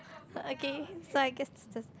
oh okay so I guess it's the